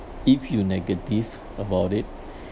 if you negative about it